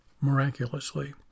miraculously